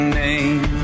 name